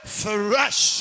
fresh